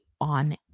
on